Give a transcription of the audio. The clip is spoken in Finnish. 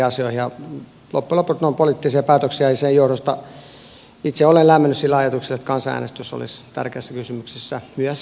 loppujen lopuksi ne ovat poliittisia päätöksiä ja sen johdosta itse olen lämmennyt sille ajatukselle että kansanäänestys olisi tärkeässä roolissa